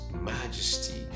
majesty